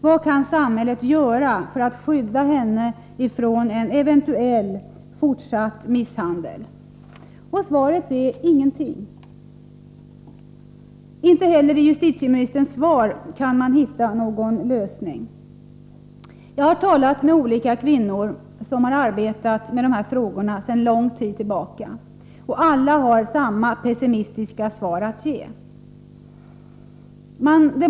Vad kan samhället göra för att skydda henne från en eventuell fortsatt misshandel? Svaret är: Ingenting. Inte heller i justitieministerns svar kan någon lösning hittas. Jag har talat med olika kvinnor som arbetat med dessa frågor sedan lång tid tillbaka, och alla har samma pessimistiska svar att ge.